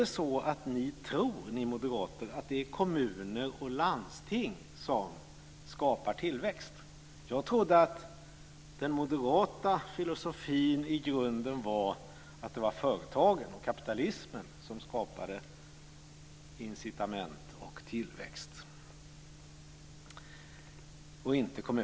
Tror ni moderater att det är kommuner och landsting som skapar tillväxt? Jag trodde att den moderata filosofin i grunden var att det är företagen och kapitalismen som skapar incitament och tillväxt.